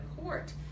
Court